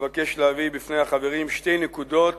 אבקש להביא בפני החברים שתי נקודות